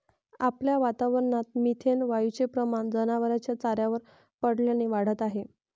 आपल्या वातावरणात मिथेन वायूचे प्रमाण जनावरांच्या चाऱ्यावर पडल्याने वाढत आहे